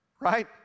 right